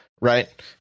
right